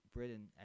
Britain